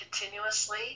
continuously